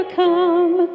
come